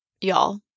Y'all